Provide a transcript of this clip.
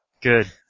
Good